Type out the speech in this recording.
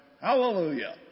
hallelujah